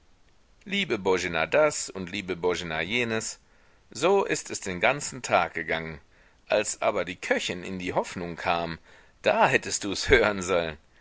liebe boena das und liebe boena jenes so ist es den ganzen tag gegangen als aber die köchin in die hoffnung kam da hättest du's hören sollen